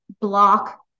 block